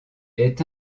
est